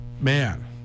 Man